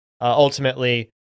ultimately